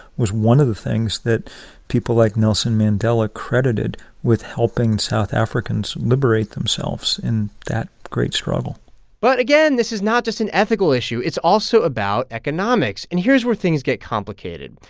was one of the things that people like nelson mandela credited with helping south africans liberate themselves in that great struggle but again, this is not just an ethical issue. it's also about economics. and here's where things get complicated.